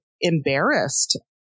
embarrassed